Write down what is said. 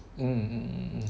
mm mm mm mm